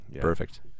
Perfect